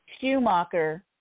Schumacher